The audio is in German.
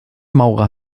maurer